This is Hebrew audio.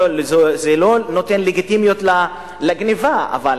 זה לא נותן לגיטימיות לגנבה, אבל